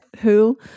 Who